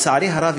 לצערי הרב,